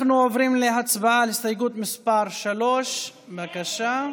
אנחנו עוברים להצבעה על הסתייגות מס' 3. בבקשה.